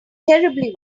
terribly